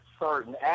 certain